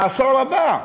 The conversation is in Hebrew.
העשור הבא,